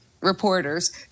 reporters